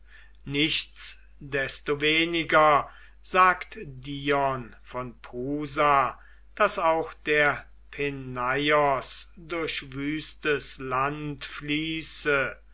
getreide aus nichtsdestoweniger sagt dion von prusa daß auch der peneios durch wüstes land fließe